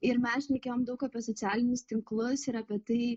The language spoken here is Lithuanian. ir mes šnekėjom daug apie socialinius tinklus ir apie tai